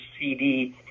CD